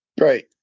right